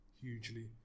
hugely